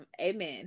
Amen